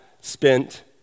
spent